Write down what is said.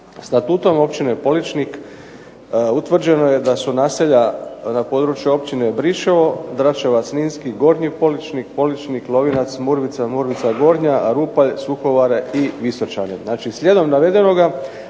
statuom Općine Poličnik utvrđeno je da su naselja na području Općine Briševo, Dračevac Ninski, Gornji Poličnik, Poličnik, Lovinac, Murvica, Murvica Gornja, a Rupalj, Suhovare i Visočani.